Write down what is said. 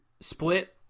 Split